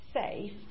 safe